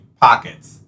pockets